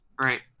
right